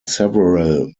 several